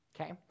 Okay